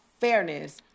fairness